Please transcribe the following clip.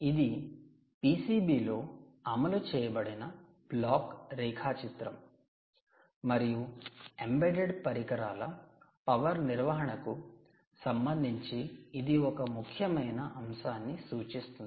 ఇది పిసిబి లో అమలు చేయబడిన బ్లాక్ రేఖాచిత్రం మరియు ఎంబెడెడ్ పరికరాల పవర్ నిర్వహణకు సంబంధించి ఇది ఒక ముఖ్యమైన అంశాన్ని సూచిస్తుంది